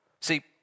See